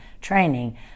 training